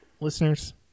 listeners